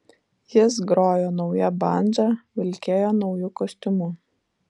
jis grojo nauja bandža vilkėjo nauju kostiumu